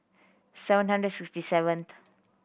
seven hundred sixty seventh